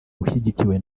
ushyigikiwe